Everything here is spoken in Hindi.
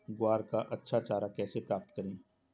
ग्वार का अच्छा चारा कैसे प्राप्त करें?